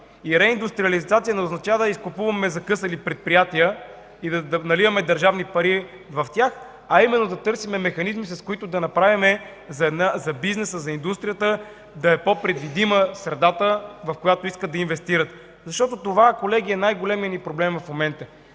И реиндустриализация не означава, да изкупуваме закъсали предприятия и да наливаме държавни пари в тях, а именно да търсим механизми, с които да направим за бизнеса, за индустрията да е по-предвидима средата, в която искат да инвестират. Това, колеги, е най-големият ни проблем в момента.